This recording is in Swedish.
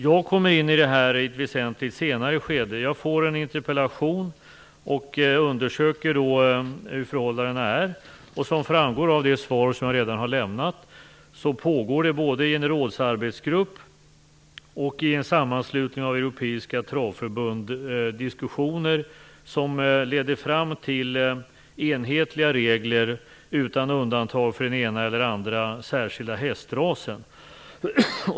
Jag kommer in i ett väsentligt senare skede. Jag får en interpellation och undersöker då hur förhållandena är. Som framgår av det svar som jag redan har lämnat pågår det både i en rådsarbetsgrupp och i en sammanslutning av europeiska travförbund diskussioner som ledde fram till enhetliga regler utan undantag för den ena eller andra särskilda hästrasen.